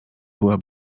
była